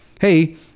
hey